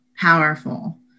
powerful